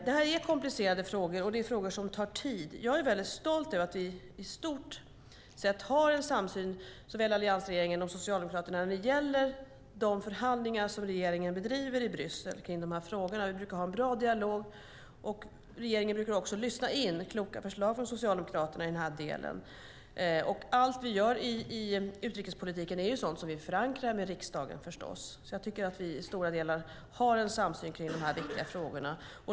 Det här är komplicerade frågor, och det är frågor som tar tid. Jag är väldigt stolt över att vi i stort sett har en samsyn mellan alliansregeringen och Socialdemokraterna när det gäller de förhandlingar som regeringen bedriver i Bryssel i de här frågorna. Vi brukar ha en bra dialog, och regeringen brukar också lyssna in kloka förslag från Socialdemokraterna i den här delen. Allt vi gör i utrikespolitiken är förstås sådant som vi förankrar med riksdagen. Jag tycker att vi i stora delar har en samsyn i de här viktiga frågorna.